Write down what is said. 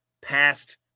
past